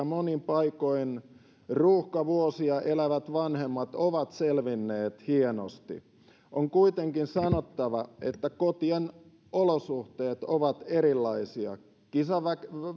monin paikoin ruuhkavuosia elävät vanhemmat ovat selvinneet hienosti on kuitenkin sanottava että kotien olosuhteet ovat erilaisia kisaväsymys